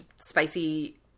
spicy